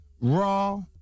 Raw